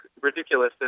ridiculous